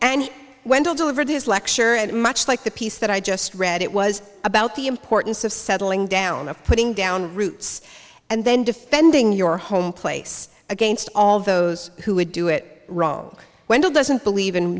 and wendell delivered this lecture and much like the piece that i just read it was about the importance of settling down of putting down roots and then defending your home place against all those who would do it wrong wendell doesn't believe in